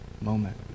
moment